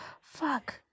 Fuck